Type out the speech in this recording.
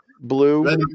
Blue